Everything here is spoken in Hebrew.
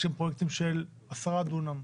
יש פרויקטים של 10 דונם,